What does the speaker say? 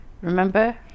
Remember